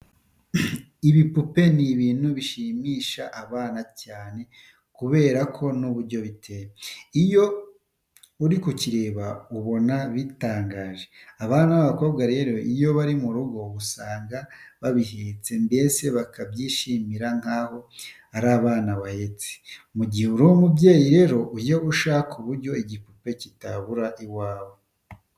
Ibipupe ni ibintu bishimisha abana cyane kubera ko n'uburyo biteye, iyo uri kubireba uba ubona bitangaje. Abana b'abakobwa rero iyo bari mu rugo usanga babihetse, mbese bakabyishimira nkaho ari abana bahetse. Mu gihe uri umubyeyi rero ujye ushaka uburyo igipupe cyitabura iwawe.